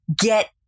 get